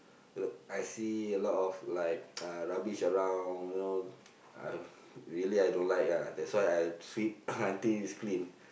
uh I see a lot of like uh rubbish around you know I really I don't like ya that's why I sweep until it's clean